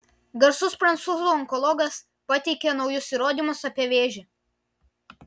garsus prancūzų onkologas pateikia naujus įrodymus apie vėžį